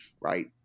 right